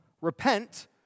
Repent